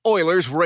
Oilers